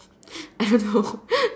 I know